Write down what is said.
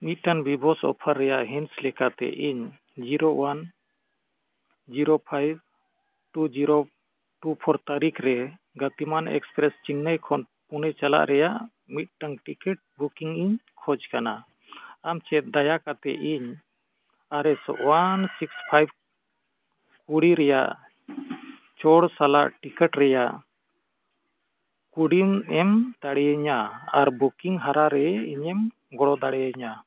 ᱢᱤᱫᱴᱮᱱ ᱵᱤᱥᱮᱥ ᱚᱯᱷᱟᱨ ᱨᱮᱱᱟᱜ ᱦᱤᱸᱥ ᱞᱮᱠᱟᱛᱮ ᱤᱧ zero one zero five two zero two four ᱛᱟᱨᱤᱠᱷ ᱨᱮ ᱜᱚᱛᱤᱢᱟᱱ ᱮᱠᱥᱯᱨᱮᱥ ᱪᱮᱱᱱᱟᱭ ᱠᱷᱚᱱ ᱯᱩᱱᱮ ᱪᱟᱞᱟᱜ ᱨᱮᱱᱟᱜ ᱢᱤᱫᱴᱟᱝ ᱴᱤᱠᱤᱴ ᱵᱩᱠᱤᱝ ᱤᱧ ᱠᱷᱚᱡᱽ ᱠᱟᱱᱟ ᱟᱢ ᱪᱮᱫ ᱫᱟᱭᱟ ᱠᱟᱛᱮᱫ ᱤᱧ R S one six five ᱠᱩᱲᱤ ᱨᱮᱱᱟᱜ ᱪᱚᱲ ᱥᱟᱞᱟᱜ ᱴᱤᱠᱤᱴ ᱨᱮᱱᱟᱜ ᱠᱟᱣᱰᱤᱢ ᱮᱢ ᱫᱟᱲᱮᱭᱟᱹᱧᱟᱹ ᱟᱨ ᱵᱩᱠᱤᱝ ᱦᱚᱨᱟ ᱨᱮ ᱤᱧᱮᱢ ᱜᱚᱲᱚ ᱫᱟᱲᱮᱭᱟᱹᱧᱟᱹ